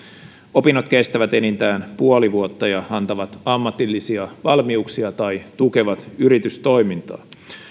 opinnot kestävät enintään puoli vuotta ja antavat ammatillisia valmiuksia tai tukevat yritystoimintaa